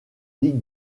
ligue